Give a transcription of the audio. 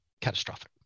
catastrophic